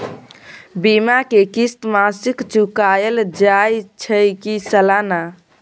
बीमा के किस्त मासिक चुकायल जाए छै की सालाना?